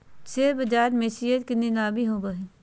share बाज़ार में share के नीलामी होबो हइ